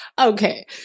Okay